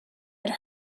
had